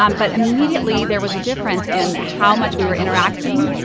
um but immediately there was a difference in how much we were interacting,